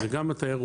זה גם התיירות,